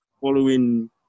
following